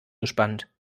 gespannt